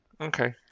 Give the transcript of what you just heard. Okay